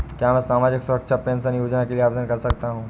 क्या मैं सामाजिक सुरक्षा पेंशन योजना के लिए आवेदन कर सकता हूँ?